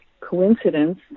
coincidence